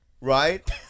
right